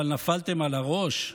אבל נפלתם על הראש?